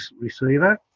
receiver